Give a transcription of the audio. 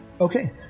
okay